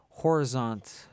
Horizont